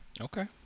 Okay